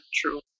true